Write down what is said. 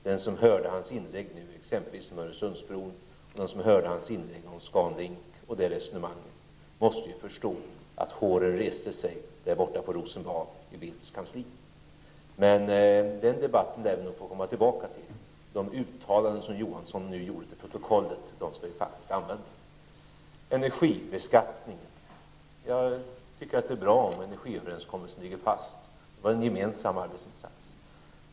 Den som hörde Olof Johanssons inlägg exempelvis om Öresundsbron och som hörde hans inlägg om Scan Link och resonemanget där omkring måste förstå att håren reser sig där borta i Rosenbad i Bildts kansli. Men det lär vi få återkomma till. De uttalanden som Olof Johansson nu gjorde till protokollet skall jag faktiskt använda. Till energibeskattningen: Jag tycker att det är bra om energiöverenskommelsen ligger fast. Det var en gemensam arbetsinsatss.